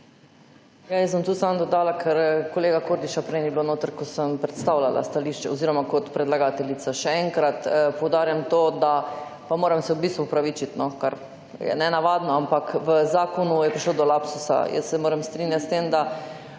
Ja, jaz bom tu samo dodala, ker kolega Kordiša prej ni bilo notri, ko sem predstavljala stališče oziroma kot predlagateljica. Še enkrat poudarjam to, da, pa moram se v bistvu opravičiti, kar je nenavadno, ampak v zakonu je prišlo do lapsusa. Jaz se moram strinjati s tem, da